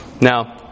Now